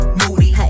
moody